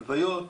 הלוויות,